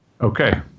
okay